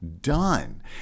done